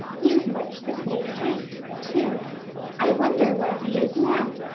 he is much the same height, too i wonder where he is now.